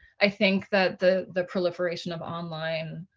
i think that the the proliferation of online